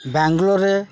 ବ୍ୟାଙ୍ଗଲୋରେ